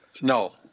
No